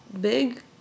Big